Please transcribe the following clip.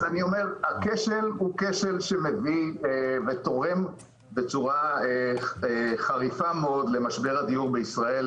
אז אני אומר שהכשל תורם בצורה חריפה מאוד למשבר הדיור בישראל,